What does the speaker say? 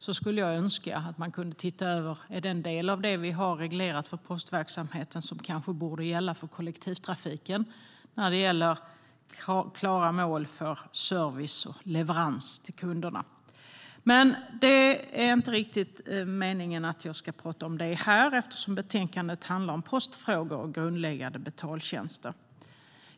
Jag skulle önska att man kunde titta över om en del av regleringarna för postverksamheten kanske borde gälla även för kollektivtrafiken i fråga om klara mål för service och leverans till kunderna. Men det är inte riktigt meningen att jag ska prata om det nu, eftersom betänkandet handlar om postfrågor och grundläggande betaltjänster.